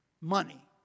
money